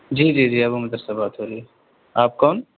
جی جی جی ابو مظہر سے بات ہو رہی ہے آپ کون